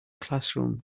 classroom